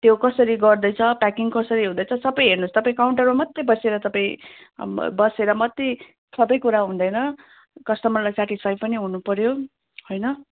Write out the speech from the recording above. त्यो कसरी गर्दैछ प्याकिङ कसरी हुँदैछ सबै हेर्नु होस् तपाईँ काउन्टरमा मात्र बसेर तपाईँ बसेर मात्र सबै कुरा हुँदैन कस्टमरलाई सेटिसफाइ पनि हुनु पऱ्यो होइन